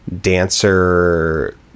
dancer